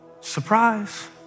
Surprise